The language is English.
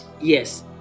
Yes